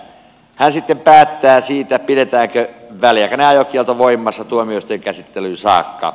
hän sitten päättää siitä pidetäänkö väliaikainen ajokielto voimassa tuomioistuinkäsittelyyn sakka